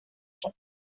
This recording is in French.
sons